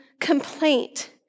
complaint